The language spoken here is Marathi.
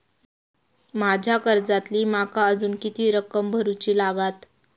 माझ्या कर्जातली माका अजून किती रक्कम भरुची लागात?